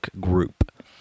group